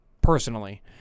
personally